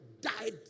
died